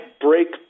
break